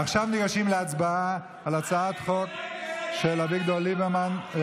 עכשיו ניגשים להצבעה על הצעת החוק של אביגדור ליברמן,